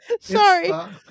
sorry